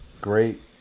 Great